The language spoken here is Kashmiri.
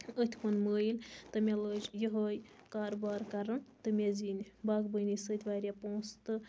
أتھۍ کُن مٲیِل تہٕ مےٚ لٲج یِہے کاربار کَرُن تہٕ مےٚ زیٖنۍ باغبٲنی سۭتۍ واریاہ پونٛسہٕ تہِ